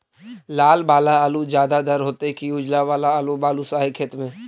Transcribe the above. लाल वाला आलू ज्यादा दर होतै कि उजला वाला आलू बालुसाही खेत में?